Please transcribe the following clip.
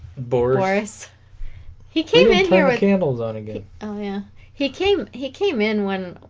boris he came in here with candles on again oh yeah he came he came in when